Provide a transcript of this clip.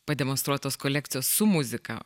pademonstruotos kolekcijos su muzika